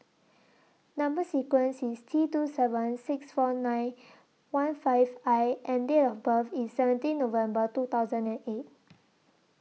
Number sequence IS T two seven six four nine one five I and Date of birth IS seventeen November two thousand and eight